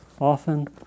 often